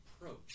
approach